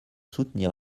soutenir